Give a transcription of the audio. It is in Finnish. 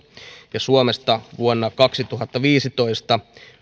että suomesta vuonna kaksituhattaviisitoista